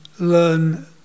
learn